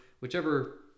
whichever